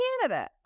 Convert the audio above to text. canada